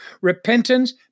repentance